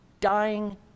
dying